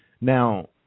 Now